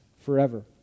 forever